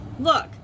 look